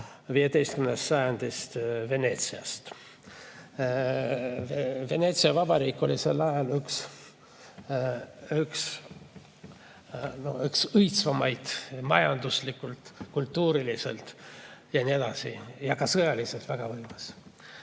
15. sajandi Veneetsiast. Veneetsia vabariik oli sel ajal üks õitsvamaid, majanduslikult, kultuuriliselt ja nii edasi, ja ka sõjaliselt väga võimas.